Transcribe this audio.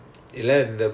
ya